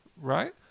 right